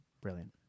Brilliant